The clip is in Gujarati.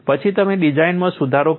પછી તમે ડિઝાઇનમાં સુધારો કરો